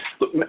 look